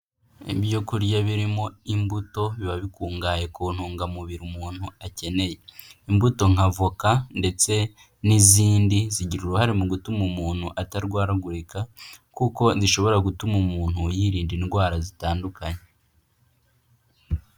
Ibyo kurya birimo imbuto biba bikungahaye ku ntungamubiri umuntu akeneye. Imbuto nka voka ndetse n'izindi zigira uruhare mu gutuma umuntu atarwaragurika kuko zishobora gutuma umuntu yirinda indwara zitandukanye.